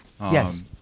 Yes